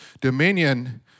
Dominion